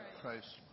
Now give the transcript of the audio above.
Christ